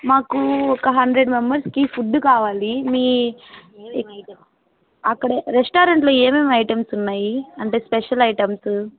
మాకు ఒక హండ్రెడ్ మెంబర్స్కి ఫుడ్ కావాలి మీ అక్కడ రెస్టారెంట్లో ఏమేమి ఐటమ్స్ ఉన్నాయి అంటే స్పెషల్ ఐటమ్సు